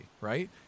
right